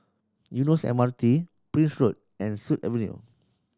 Eunos M R T Prince Road and Sut Avenue